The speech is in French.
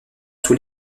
sous